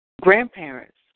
Grandparents